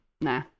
nah